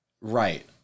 Right